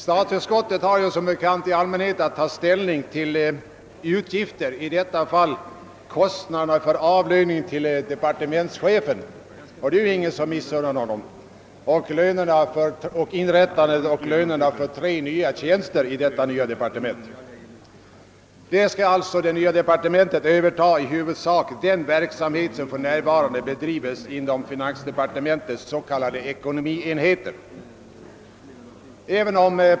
Statsutskottet har som bekant i allmänhet att ta ställning till förslag om utgifter, i detta fall till frågan om kostnaderna för avlöning till departementschefen — och denna är det ingen som missunnar honom — samt kostnaderna för tre nya tjänster i detta nya departement. Det nya departementet skall i huvudsak överta den verksamhet som för närvarande bedrives inom finansdepartementets s.k. ekonomienheter.